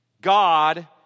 God